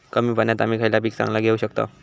कमी पाण्यात आम्ही खयला पीक चांगला घेव शकताव?